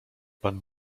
pan